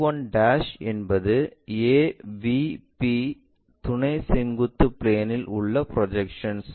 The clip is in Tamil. p 1 என்பது AVP துணை செங்குத்து பிளேன் இல் உள்ள ப்ரொஜெக்ஷன்ஸ்